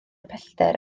pellter